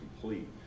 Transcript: complete